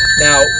Now